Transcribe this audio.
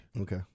Okay